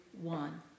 one